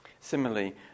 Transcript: Similarly